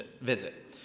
visit